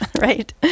right